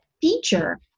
feature